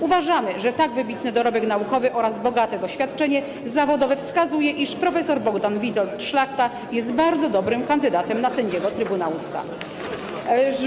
Uważamy, że tak wybitny dorobek naukowy oraz bogate doświadczenie zawodowe wskazują, iż prof. Bogdan Witold Szlachta jest bardzo dobrym kandydatem na sędziego Trybunału Stanu.